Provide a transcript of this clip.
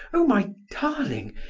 oh, my darling,